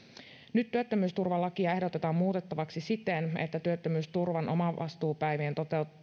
nyt työttömyysturvalakia ehdotetaan muutettavaksi siten että työttömyysturvan omavastuupäivien